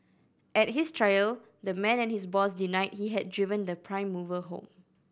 at his trial the man and his boss denied he had driven the prime mover home